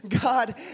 God